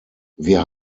wir